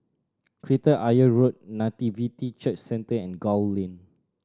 Kreta Ayer Road Nativity Church Centre and Gul Lane